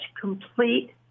complete